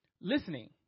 listening